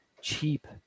cheap